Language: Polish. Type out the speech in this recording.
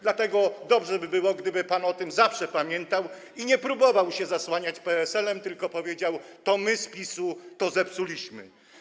Dlatego dobrze by było, gdyby pan zawsze o tym pamiętał i nie próbował się zasłaniać PSL-em, tylko powiedział: To my z PiS-u to zepsuliśmy.